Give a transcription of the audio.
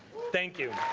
thank you.